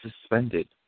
suspended